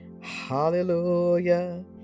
Hallelujah